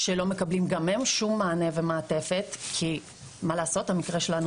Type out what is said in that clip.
הילדים לא מקבלים מענה ומעטפת כי המקרה שלנו